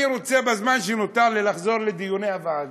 אני רוצה בזמן שנותר לי לחזור לדיוני הוועדה,